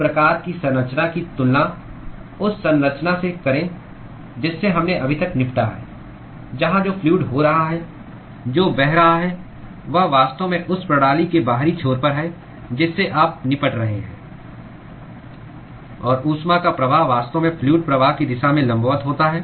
इस प्रकार की संरचना की तुलना उस संरचना से करें जिससे हमने अभी तक निपटा है जहां जो फ्लूअड हो रहा है जो बह रहा है वह वास्तव में उस प्रणाली के बाहरी छोर पर है जिससे आप निपट रहे हैं और ऊष्मा का प्रवाह वास्तव में फ्लूअड प्रवाह की दिशा में लंबवत होता है